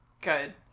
Good